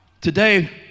Today